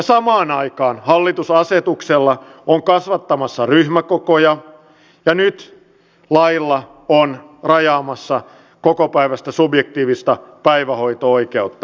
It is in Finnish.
samaan aikaan hallitus on asetuksella kasvattamassa ryhmäkokoja ja nyt on lailla rajaamassa kokopäiväistä subjektiivista päivähoito oikeutta